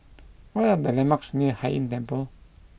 what are the landmarks near Hai Inn Temple